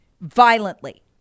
violently